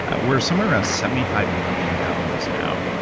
we're somewhere around seventy five million downloads now,